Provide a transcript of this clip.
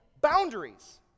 boundaries